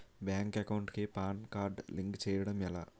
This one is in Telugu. బ్యాంక్ అకౌంట్ కి పాన్ కార్డ్ లింక్ చేయడం ఎలా?